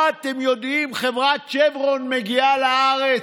מה אתם יודעים, חברת שברון מגיעה לארץ,